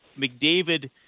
mcdavid